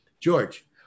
George